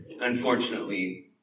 unfortunately